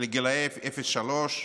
לגילי אפס עד שלוש.